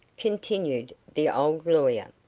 continued the old lawyer,